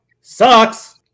sucks